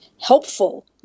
helpful